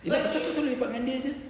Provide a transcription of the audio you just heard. kau selalu lepak dengan dia jer